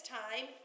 time